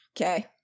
Okay